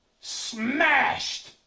smashed